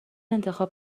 انتخاب